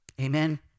Amen